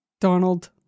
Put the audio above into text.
Donald